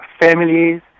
families